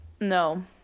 No